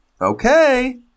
Okay